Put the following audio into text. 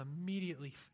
immediately